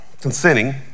consenting